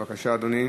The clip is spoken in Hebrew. בבקשה, אדוני.